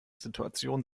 situation